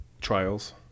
trials